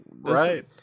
Right